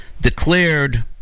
declared